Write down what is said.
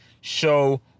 show